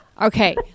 Okay